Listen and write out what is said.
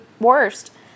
worst